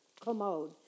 Commode